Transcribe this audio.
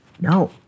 No